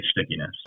stickiness